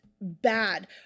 bad